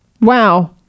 Wow